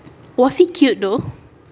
was he cute though